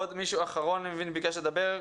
עוד מישהו אחרון שביקש לדבר,